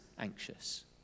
anxious